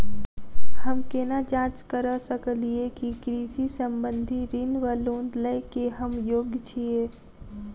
हम केना जाँच करऽ सकलिये की कृषि संबंधी ऋण वा लोन लय केँ हम योग्य छीयै?